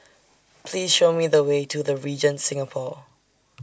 Please Show Me The Way to The Regent Singapore